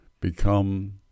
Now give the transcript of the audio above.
become